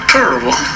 Terrible